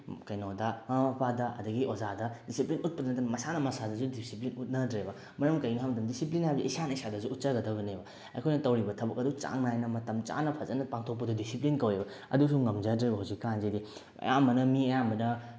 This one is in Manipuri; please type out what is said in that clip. ꯀꯩꯅꯣꯗ ꯃꯃꯥ ꯃꯄꯥꯗ ꯑꯗꯒꯤ ꯑꯣꯖꯥꯗ ꯗꯤꯁꯤꯄ꯭ꯂꯤꯟ ꯎꯠꯄꯗ ꯅꯠꯇꯅ ꯃꯁꯥꯅ ꯃꯁꯥꯗꯁꯨ ꯗꯤꯁꯤꯄ꯭ꯂꯤꯟ ꯎꯠꯅꯗ꯭ꯔꯦꯕ ꯃꯔꯝ ꯀꯩꯒꯤꯅꯣ ꯍꯥꯏ ꯃꯇꯝꯗ ꯗꯤꯁꯤꯄ꯭ꯂꯤꯟ ꯍꯥꯏꯕꯁꯤ ꯏꯁꯥꯅ ꯏꯁꯥꯗꯁꯨ ꯎꯠꯆꯒꯗꯕꯅꯦꯕ ꯑꯩꯈꯣꯏꯅ ꯇꯧꯔꯤꯕ ꯊꯕꯛ ꯑꯗꯨ ꯆꯥꯡ ꯅꯥꯏꯅ ꯃꯇꯝ ꯆꯥꯅ ꯐꯖꯅ ꯄꯥꯡꯊꯣꯛꯄꯗꯨꯗꯤ ꯗꯤꯁꯤꯄ꯭ꯂꯤꯟ ꯀꯧꯑꯦꯕ ꯑꯗꯨꯁꯨ ꯉꯝꯖꯗ꯭ꯔꯦꯕ ꯍꯧꯖꯤꯛꯀꯥꯟꯁꯤꯗꯤ ꯑꯌꯥꯝꯕꯅ ꯃꯤ ꯑꯌꯥꯝꯕꯅ